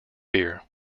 beer